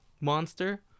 monster